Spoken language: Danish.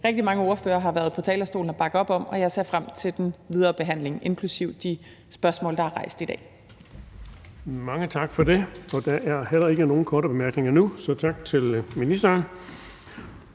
rigtig mange ordførere har været på talerstolen og bakke op om, og jeg ser frem til den videre behandling, inklusive de spørgsmål, der er rejst i dag. Kl. 18:34 Den fg. formand (Erling Bonnesen): Der er heller ikke nogen korte bemærkninger her, så tak til ministeren.